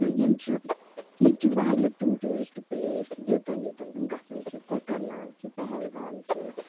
تہٕ ییٚلہِ سُہ ییٚتہِ چھِ واریاہ تِم ٹیٛوٗرسٹہٕ پُلیس یوٚتَن یوٚتَن تِم گژھان چھِ کۄکَرناگ چھُ پہلگام چھُ